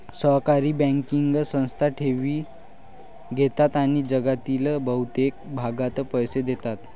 सहकारी बँकिंग संस्था ठेवी घेतात आणि जगातील बहुतेक भागात पैसे देतात